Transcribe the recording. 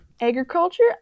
Agriculture